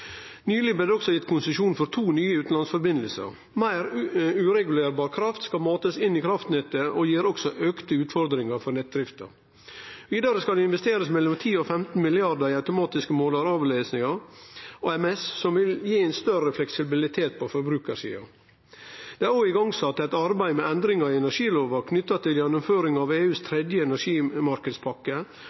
Nyleg blei det også gitt konsesjon for to nye utanlandsforbindelsar. Meir uregulerbar kraft skal matast inn i kraftnettet, og det gir også auka utfordringar for nettdrifta. Vidare skal det investerast mellom 10 og 15 mrd. kr i automatiske målaravlesarar, AMS, som vil gi større fleksibilitet på forbrukarsida. Det er òg sett i gang eit arbeid med endringar i energilova knytt til gjennomføringa av EUs tredje